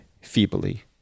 feebly